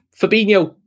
Fabinho